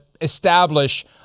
establish